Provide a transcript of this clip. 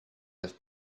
have